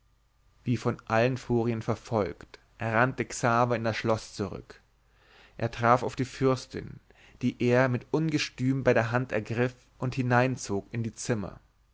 wie von allen furien verfolgt rannte xaver in das schloß zurück er traf auf die fürstin die er mit ungestüm bei der hand ergriff und hineinzog in die zimmer